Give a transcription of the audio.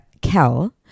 Kel